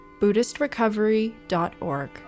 BuddhistRecovery.org